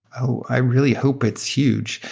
i really hope it's huge.